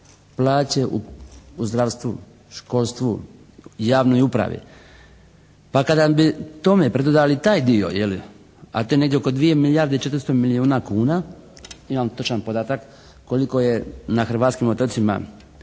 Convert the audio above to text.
plaće u zdravstvu, školstvu, javnoj upravi. Pa kada bi tome pridodali taj dio je li, a to je negdje oko 2 milijarde 400 milijuna kuna. Imam točan podatak koliko je na hrvatskim otocima